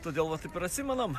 todėl va taip ir atsimenam